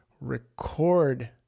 record